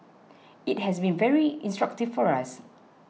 it has been very instructive for us